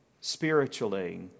spiritually